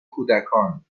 کودکان